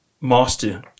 master